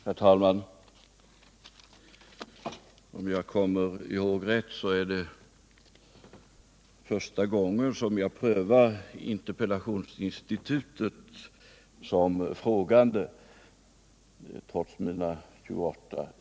Herr talman! Om jag minns rätt är detta, trots mina snart 29 riksdagsår, första gången som jag prövar interpellationsinstitutet som frågande.